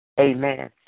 amen